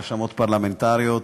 רשמות פרלמנטריות,